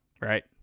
right